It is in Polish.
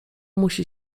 musi